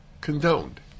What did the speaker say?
condoned